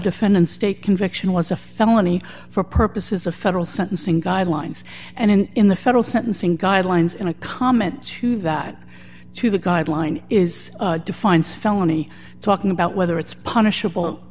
defend and stay conviction was a felony for purposes of federal sentencing guidelines and in the federal sentencing guidelines and a comment to that to the guideline is defines felony talking about whether it's punishable